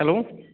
hello